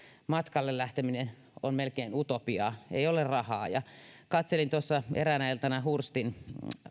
matkalle lähteminen on melkein utopiaa ei ole rahaa katselin tuossa eräänä iltana hurstin